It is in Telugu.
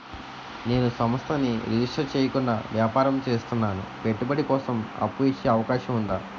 నేను సంస్థను రిజిస్టర్ చేయకుండా వ్యాపారం చేస్తున్నాను పెట్టుబడి కోసం అప్పు ఇచ్చే అవకాశం ఉందా?